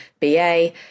BA